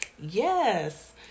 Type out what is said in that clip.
Yes